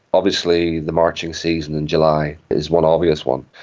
obviously the marching season in july is one obvious one.